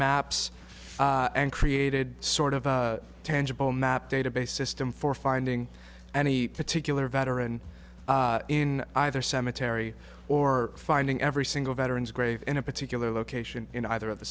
maps and created sort of a tangible map database system for finding any particular veteran in either cemetery or finding every single veteran's grave in a particular location in either of the